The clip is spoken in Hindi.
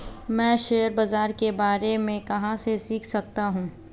मैं शेयर बाज़ार के बारे में कहाँ से सीख सकता हूँ?